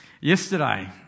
Yesterday